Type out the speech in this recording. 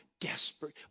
Desperate